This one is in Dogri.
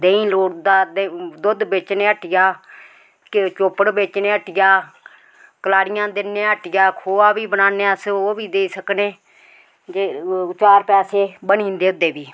देहीं लोड़दा ते दुद्ध बेचने हट्टियै ते चौपड़ बेचने हट्टिया कलाडियां दिन्ने आं हट्टिया खोआ बी बनाने अस ओह् बी देई सकने ते चार पैसे बनी जंदे ओह्दे बी